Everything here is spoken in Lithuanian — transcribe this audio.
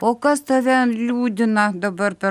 o kas tave liūdina dabar per